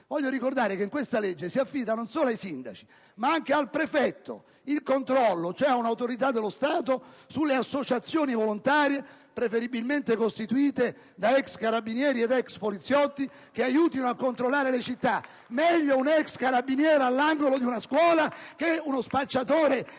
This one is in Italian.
voglio ricordare che nel provvedimento in esame si affida non soltanto ai sindaci, ma anche al prefetto (cioè ad un'autorità dello Stato) il controllo sulle associazioni volontarie, preferibilmente costituite da ex carabinieri e da ex poliziotti che aiutano a controllare le città. Meglio un ex carabiniere all'angolo di una scuola che uno spacciatore di droga